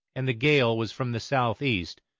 and the gale was from the south-east,